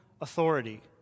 authority